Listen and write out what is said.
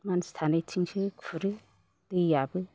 मानसि थानायथिंसो खुरो दैयाबो